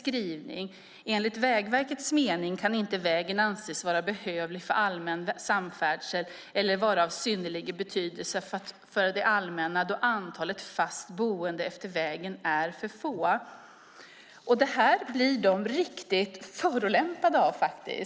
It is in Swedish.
skrivning 'enligt Vägverkets mening kan inte vägen anses vara behövlig för allmän samfärdsel eller annars vara av synnerligen betydelse för det allmänna då antalet fast boende efter vägen är få'." Detta blir de faktiskt riktigt förolämpade av.